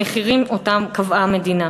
במחירים שקבעה המדינה?